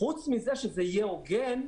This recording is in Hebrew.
חוץ מזה שזה יהיה הוגן,